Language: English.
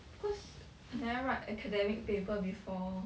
because I never write academic paper before